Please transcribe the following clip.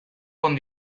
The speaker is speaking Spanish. con